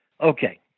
Okay